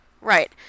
Right